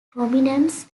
prominence